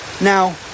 Now